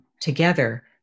together